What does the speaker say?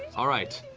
all right.